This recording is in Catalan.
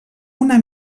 una